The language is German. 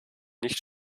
nicht